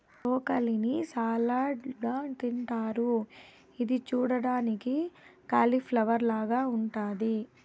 broccoli ని salad గా తింటారు ఇది చూడ్డానికి కాలిఫ్లవర్ లాగ ఉంటాది